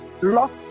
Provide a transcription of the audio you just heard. lost